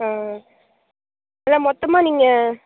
ஆ ஆ இல்லை மொத்தமாக நீங்கள்